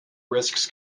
risks